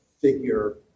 figure